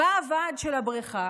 ועד הבריכה,